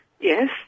Yes